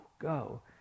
go